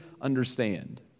understand